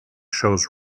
shows